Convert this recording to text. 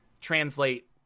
translate